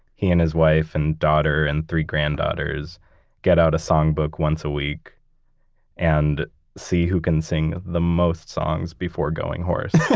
he and his wife and daughter and three granddaughters get out a songbook once a week and see who can sing the most songs before going hoarse.